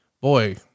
boy